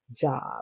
Job